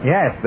Yes